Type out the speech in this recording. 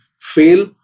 fail